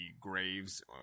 graves